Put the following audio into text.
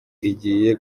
igiye